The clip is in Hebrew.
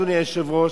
אדוני היושב-ראש,